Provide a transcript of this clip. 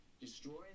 destroying